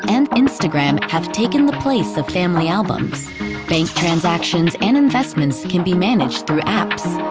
and instagram have taken the place of family albums bank transactions and investments can be managed through apps